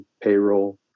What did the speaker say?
payroll